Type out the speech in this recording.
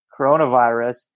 coronavirus